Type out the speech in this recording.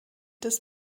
des